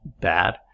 bad